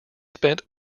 spent